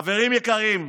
חברים יקרים,